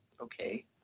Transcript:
okay